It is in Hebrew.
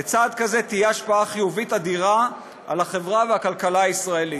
לצעד כזה תהיה השפעה חיובית אדירה על החברה והכלכלה הישראלית.